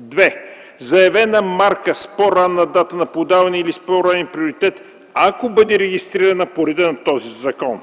2. заявена марка с по-ранна дата на подаване или с по-ранен приоритет, ако бъде регистрирана по реда на този закон;